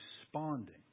responding